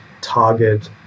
target